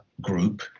group